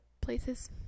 places